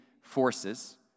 forces